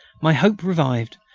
my hope revived,